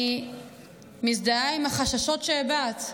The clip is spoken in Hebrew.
אני מזדהה עם החששות שהבעת.